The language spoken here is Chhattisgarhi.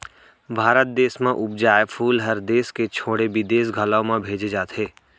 भारत देस म उपजाए फूल हर देस के छोड़े बिदेस घलौ म भेजे जाथे